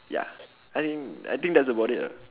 ya I think I think that's about it ah